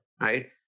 Right